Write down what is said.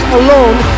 alone